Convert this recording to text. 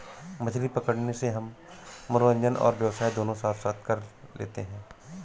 मछली पकड़ने से हम मनोरंजन और व्यवसाय दोनों साथ साथ कर लेते हैं